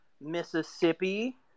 Mississippi